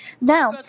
Now